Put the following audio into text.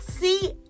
See